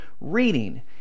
reading